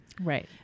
right